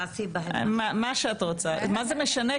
מה זה משנה?